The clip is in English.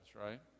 right